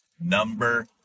number